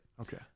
Okay